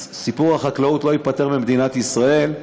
סיפור החקלאות לא ייפתר במדינת ישראל,